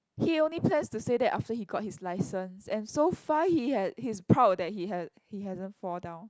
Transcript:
he only plans to say that after he got his license and so far he had he is proud that he had he hasn't fall down